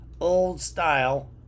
old-style